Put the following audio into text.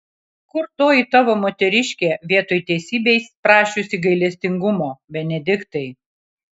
kur toji tavo moteriškė vietoj teisybės prašiusi gailestingumo benediktai